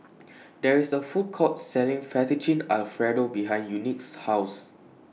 There IS A Food Court Selling Fettuccine Alfredo behind Unique's House